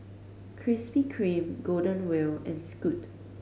Krispy Kreme Golden Wheel and Scoot